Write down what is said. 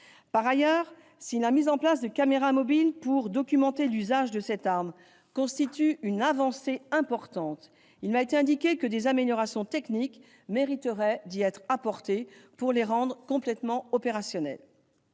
Par ailleurs, si la mise en place de caméras mobiles pour documenter l'usage de cette arme constitue une avancée importante, il m'a été indiqué que des améliorations techniques mériteraient d'y être apportées pour les rendre complètement opérationnelles.